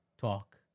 talk